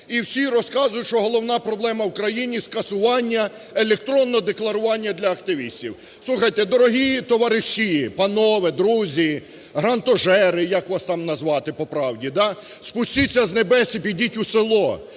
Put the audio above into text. і всі розказують, що головна проблема в країні – скасування електронного декларування для активістів. Слухайте, дорогі товариші, панове, друзі, "грантожери", як вас там назвати по правді – да? – спустіться з небес і підіть у село!